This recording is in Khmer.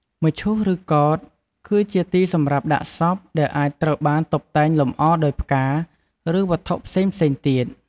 មឈូស ឬកោដ្ឋ គឺជាទីសម្រាប់ដាក់សព ដែលអាចត្រូវបានតុបតែងលម្អដោយផ្កា ឬវត្ថុផ្សេងៗទៀត។